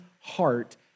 heart